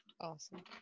Awesome